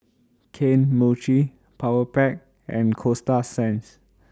Kane Mochi Powerpac and Coasta Sands